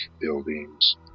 buildings